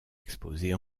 exposées